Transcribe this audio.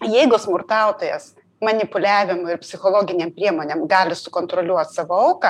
jeigu smurtautojas manipuliavimu ir psichologinėm priemonėm gali sukontroliuot savo auką